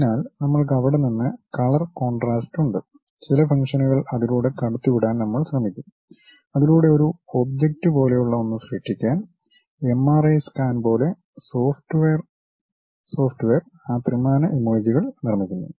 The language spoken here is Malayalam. അതിനാൽ നമ്മൾക്ക് അവിടെ നിന്ന് കളർ കോൺട്രാസ്റ്റ് ഉണ്ട് ചില ഫംഗ്ഷനുകൾ അതിലൂടെ കടത്തിവിടാൻ നമ്മൾ ശ്രമിക്കും അതിലൂടെ ഒരു ഒബ്ജക്റ്റ് പോലെയുള്ള ഒന്ന് സൃഷ്ടിക്കാൻ എംആർഐ സ്കാൻ പോലെ സോഫ്റ്റ്വെയർ ആ ത്രിമാന ഇമേജുകൾ നിർമ്മിക്കുന്നു